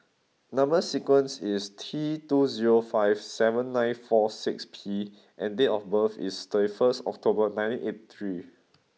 number sequence is T two zero five seven nine four six P and date of birth is thirty first October nineteen eighty three